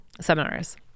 seminars